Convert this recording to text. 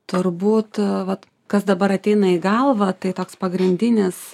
turbūt vat kas dabar ateina į galvą tai toks pagrindinis